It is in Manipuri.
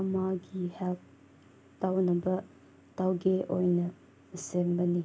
ꯑꯃꯒꯤ ꯍꯦꯜꯞ ꯇꯧꯅꯕ ꯇꯧꯒꯦ ꯑꯣꯏꯅ ꯁꯦꯝꯕꯅꯤ